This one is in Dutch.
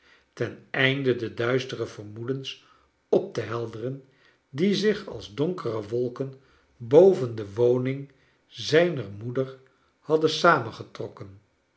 ten einde de duistere vermoedens op te helderen die zich als donkere wolken boven de woning zijner moeder hadden